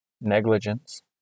negligence